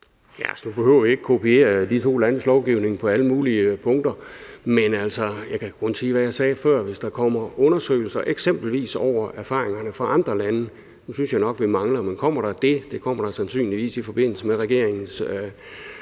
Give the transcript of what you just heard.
nu behøver vi ikke at kopiere de to landes lovgivning på alle mulige punkter. Jeg kan kun sige, hvad jeg sagde før: Hvis der kommer undersøgelser af eksempelvis erfaringerne fra andre lande – dem synes jeg nok vi mangler, men det kommer der sandsynligvis i forbindelse med regeringens